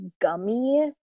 gummy